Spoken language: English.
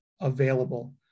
available